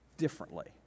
differently